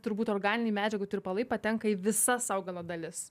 turbūt organiniai medžiagų tirpalai patenka į visas augalo dalis